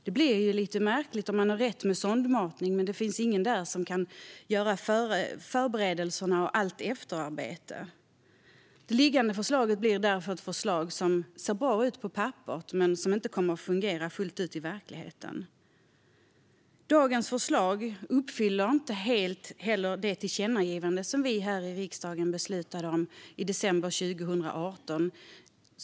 Det blir lite märkligt att få hjälp med sondmatning om ingen finns där som kan göra förberedelserna och allt efterarbete. Det liggande förslaget blir därför ett förslag som ser bra ut på papperet men som inte kommer att fungera fullt ut i verkligheten. Dagens förslag uppfyller inte heller helt syftet med det tillkännagivande som vi här i riksdagen beslutade om i december 2018.